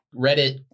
Reddit